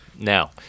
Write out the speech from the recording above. now